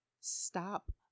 Stop